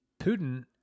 Putin